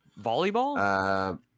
Volleyball